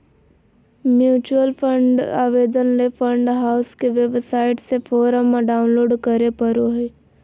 mutual fund आवेदन ले fund house के वेबसाइट से फोरम डाऊनलोड करें परो हय